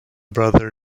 brother